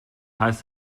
heißt